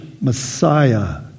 Messiah